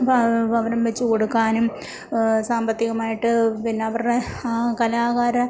ഭവനം വെച്ച് കൊടുക്കാനും സാമ്പത്തികമായിട്ട് പിന്നവരുടെ ഹാ കലാകാരൻ